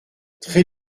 très